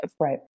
Right